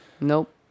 Nope